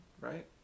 right